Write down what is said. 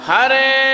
Hare